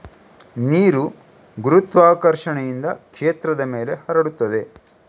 ನೀರು ಗುರುತ್ವಾಕರ್ಷಣೆಯಿಂದ ಕ್ಷೇತ್ರದ ಮೇಲೆ ಹರಡುತ್ತದೆ